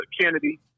Kennedy